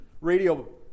radio